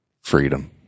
Freedom